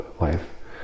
life